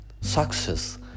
success